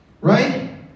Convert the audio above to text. Right